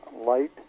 light